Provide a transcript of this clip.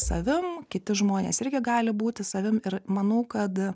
savim kiti žmonės irgi gali būti savim ir manau kad